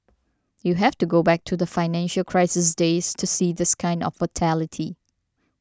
you have to go back to the financial crisis days to see this kind of volatility